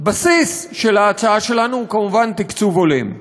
הבסיס של ההצעה שלנו הוא כמובן תקצוב הולם.